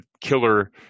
killer